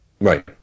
Right